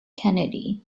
kennedy